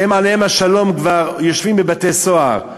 שהם, עליהם השלום, כבר יושבים בבתי-סוהר,